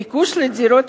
הביקוש לדירות